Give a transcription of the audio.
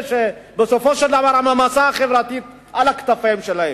שבסופו של דבר המעמסה החברתית על הכתפיים שלהם.